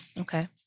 Okay